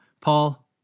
Paul